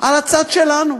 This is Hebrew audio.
על הצד שלנו.